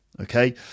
okay